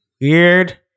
weird